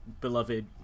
beloved